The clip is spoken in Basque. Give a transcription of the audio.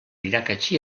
irakatsi